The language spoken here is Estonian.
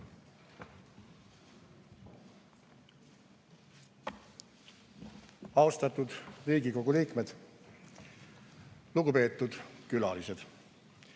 Austatud Riigikogu liikmed! Lugupeetud külalised!